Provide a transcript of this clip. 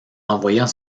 envoyant